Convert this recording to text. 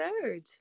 third